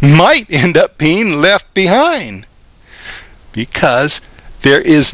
might end up being left behind because there is